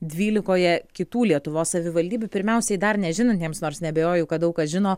dvylikoje kitų lietuvos savivaldybių pirmiausiai dar nežinantiems nors neabejoju kad daug kas žino